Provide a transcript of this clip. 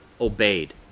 obeyed